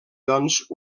doncs